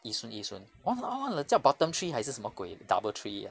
yishun yishun o~ 叫 bottom three 还是什么鬼 double three